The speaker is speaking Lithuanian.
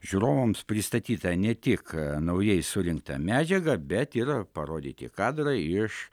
žiūrovams pristatyta ne tik naujai surinkta medžiaga bet ir parodyti kadrai iš